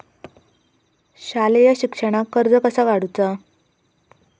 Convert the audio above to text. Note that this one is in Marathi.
शालेय शिक्षणाक कर्ज कसा काढूचा?